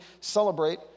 celebrate